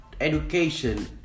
education